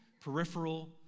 peripheral